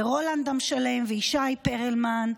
רולנד עם שלם וישי פרלמן,